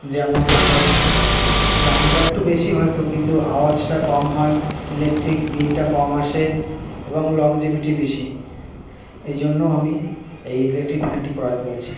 যেমন আপনার দামটা একটু বেশি হয়তো কিন্তু আওয়াজটা কম হয় ইলেকট্রিক বিলটা কম আসে এবং লংজিভিটি বেশি এই জন্য আমি এই ইলেকট্রিক ফ্যানটি ক্রয় করেছি